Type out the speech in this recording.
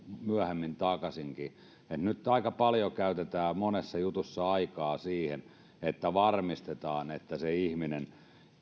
myöhemmin takaisinkin nyt aika paljon käytetään monessa jutussa aikaa siihen että varmistetaan että se ihminen